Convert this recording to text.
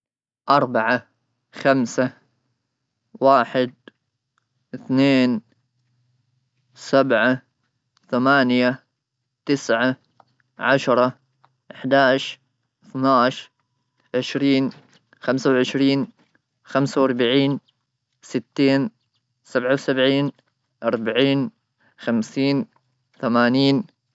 أربعة، خمسة، واحد، اثنين، سبعة، ثمانية، تسعة، عشرة، أحدعش، اثنعش، عشرين، خمسة وعشرين، ستين، سبعة وسبعين، أربعين، خمسين، ثمانين